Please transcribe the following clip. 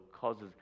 causes